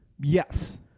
Yes